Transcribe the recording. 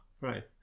Right